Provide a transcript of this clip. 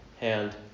hand